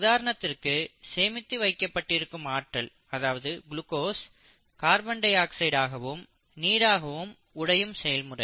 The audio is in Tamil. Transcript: உதாரணத்திற்கு சேமித்து வைக்கப்பட்டிருக்கும் ஆற்றல் அதாவது குளுக்கோஸ் கார்பன் டை ஆக்சைட் ஆகவும் நீராகவும் உடையும் செயல்முறை